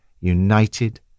united